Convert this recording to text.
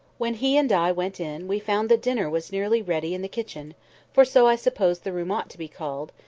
when he and i went in, we found that dinner was nearly ready in the kitchen for so i suppose the room ought to be called,